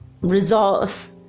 Resolve